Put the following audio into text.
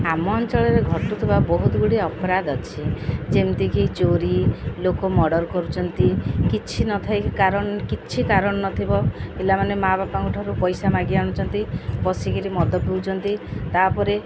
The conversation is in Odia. ଆମ ଅଞ୍ଚଳରେ ଘଟୁଥିବା ବହୁତ ଗୁଡ଼ିଏ ଅପରାଧ ଅଛି ଯେମିତିକି ଚୋରି ଲୋକ ମର୍ଡ଼ର୍ କରୁଛନ୍ତି କିଛି ନଥାଇକି କାରଣ କିଛି କାରଣ ନଥିବ ପିଲାମାନେ ମାଆ ବାପାଙ୍କ ଠାରୁ ପଇସା ମାଗି ଆଣୁଛନ୍ତି ବଶିକିରି ମଦ ପିଉଛନ୍ତି ତା'ପରେ